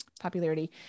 popularity